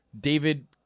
David